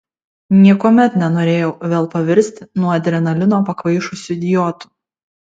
niekuomet nenorėjau vėl pavirsti nuo adrenalino pakvaišusiu idiotu